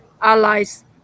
allies